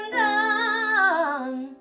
done